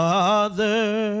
Father